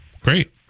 great